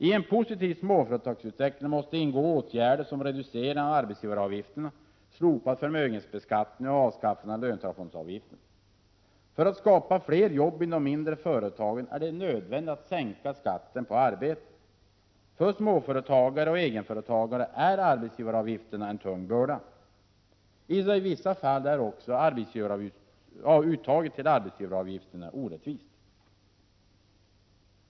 I en positiv småföretagsutveckling måste ingå åtgärder som reducering av arbetsgivaravgifterna, slopad förmögenhetsbeskattning och avskaffande av löntagarfondsavgifterna. För att skapa fler jobb i de mindre företagen är det nödvändigt att sänka skatten på arbete. För småföretagare och egenföretagare är arbetsgivaravgifterna en tung börda. I vissa fall är också uttaget till arbetsgivaravgifterna orättvist.